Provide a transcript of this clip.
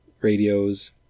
radios